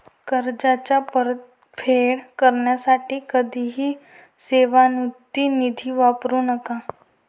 कर्जाची परतफेड करण्यासाठी कधीही सेवानिवृत्ती निधी वापरू नका